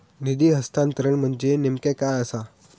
निधी हस्तांतरण म्हणजे नेमक्या काय आसा?